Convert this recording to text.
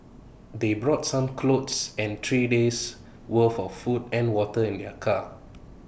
they brought some clothes and three days' worth of food and water in their car